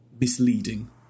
misleading